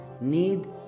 need